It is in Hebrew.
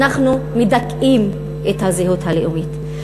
אנחנו מדכאים את הזהות הלאומית,